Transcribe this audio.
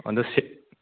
ꯑꯗꯨ